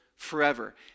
forever